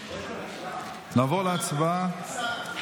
נעבור להצבעה